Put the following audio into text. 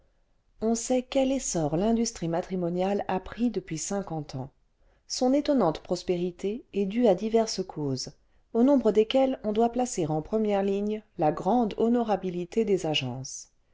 on sait quel essor l'industrie matrimoniale a pris depuis cinquante ans son étonnante prospérité est due à diverses causes au nombre desquelles on doit placer en première ligne la grande honorabilité des agences